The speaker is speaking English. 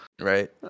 Right